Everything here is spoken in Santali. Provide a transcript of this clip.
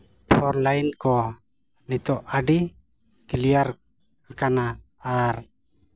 ᱚᱱᱞᱟᱭᱤᱱ ᱠᱚ ᱱᱤᱛᱚᱜ ᱫᱚ ᱟᱹᱰᱤ ᱠᱞᱤᱭᱟᱨ ᱟᱠᱟᱱᱟ ᱟᱨ